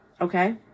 Okay